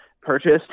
purchased